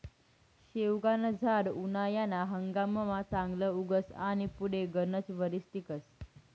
शेवगानं झाड उनायाना हंगाममा चांगलं उगस आनी पुढे गनच वरीस टिकस